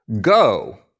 go